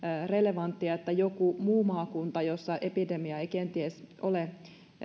relevanttia että suljettaisiin joku muu maakunta jossa epidemia ei kenties ole